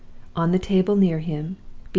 on the table near him,